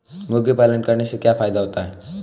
मुर्गी पालन करने से क्या फायदा होता है?